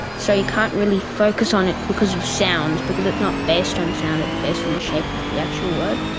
so you can't really focus on it because of sounds because it's not based on sound, it's based on the shape of the actual word.